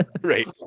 right